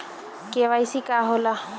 KYC का होला?